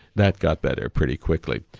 that got better pretty quickly.